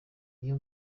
iyo